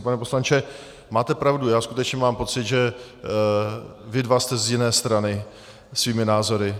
Pane poslanče, máte pravdu, skutečně mám pocit, že vy dva jste z jiné strany svými názory.